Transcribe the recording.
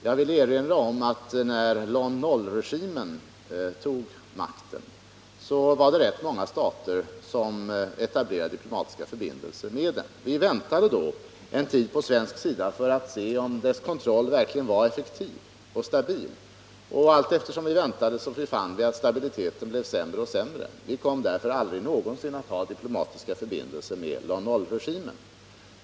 Jag vill erinra om att när Lon Nol-regimen tog makten var det rätt många stater som etablerade diplomatiska förbindelser med den. Vi väntade då en tid på svensk sida för att se om dess kontroll verkligen var effektiv och stabil. Allteftersom vi väntade fann vi att stabiliteten blev sämre och sämre. Vi kom därför aldrig någonsin att ha diplomatiska förbindelser med Lon Nolregimen.